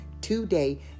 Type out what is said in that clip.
today